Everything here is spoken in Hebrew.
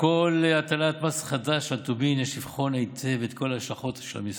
בכל הטלת מס חדש על טובין יש לבחון היטב את כל ההשלכות של המיסוי,